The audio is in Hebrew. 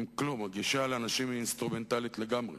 הם כלום, הגישה לאנשים היא אינסטרומנטלית לגמרי.